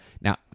Now